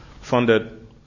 funded